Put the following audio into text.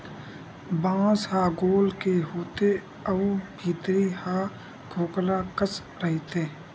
बांस ह गोल के होथे अउ भीतरी ह खोखला कस रहिथे